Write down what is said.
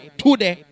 today